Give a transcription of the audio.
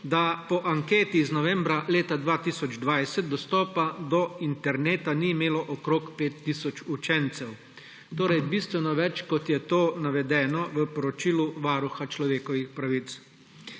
da po anketi iz novembra leta 2020 dostopa do interneta ni imelo okrog 5 tisoč učencev, torej bistveno več, kot je navedeno v poročilu Varuha človekovih pravic.